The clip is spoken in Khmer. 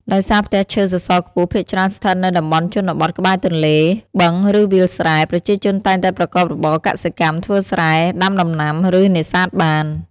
ដោយសារផ្ទះឈើសសរខ្ពស់ភាគច្រើនស្ថិតនៅតំបន់ជនបទក្បែរទន្លេ បឹង ឬវាលស្រែ ប្រជាជនតែងតែប្រកបរបរ កសិកម្ម ធ្វើស្រែ ដាំដំណាំ ឬ នេសាទបាន ។